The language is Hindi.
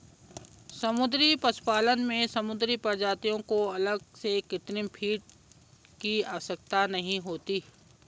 समुद्री पशुपालन में समुद्री प्रजातियों को अलग से कृत्रिम फ़ीड की आवश्यकता नहीं होती